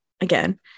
again